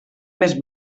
més